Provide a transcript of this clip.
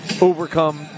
overcome